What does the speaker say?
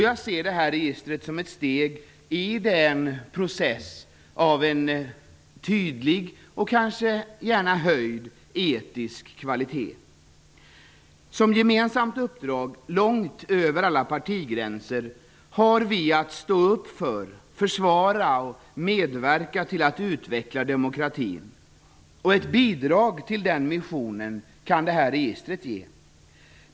Jag ser registret som ett steg i en process för en tydlig och gärna kanske höjd etisk kvalitet. Som gemensamt uppdrag, långt över alla partigränser, har vi att stå upp för, försvara och medverka till att utveckla demokratin. Ett bidrag till den missionen kan detta register ge.